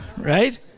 Right